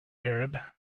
arab